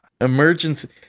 Emergency